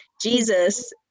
Jesus